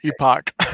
Epoch